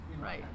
Right